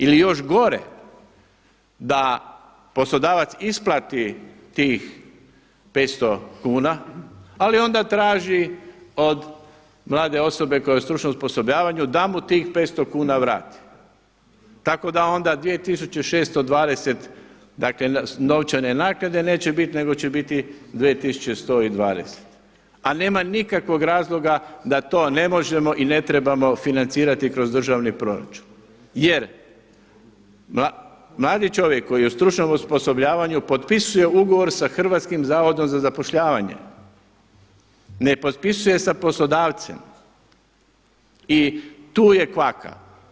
Ili još gore, da poslodavac isplati tih 500 kuna, ali onda traži od mlade osobe koja je na stručnom osposobljavanju da mu tih 500 kuna vrati, tako da onda 2.620 novčane naknade neće biti nego će biti 2.220, a nema nikakvog razloga da to ne možemo i ne trebamo financirati kroz državni proračun jer mladi čovjek koji je u stručnom osposobljavanju potpisuje ugovor sa HZZ-om ne potpisuje sa poslodavcem i tu je kvaka.